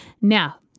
Now